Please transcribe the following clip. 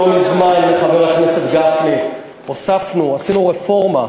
לא מזמן, חבר הכנסת גפני, עשינו רפורמה,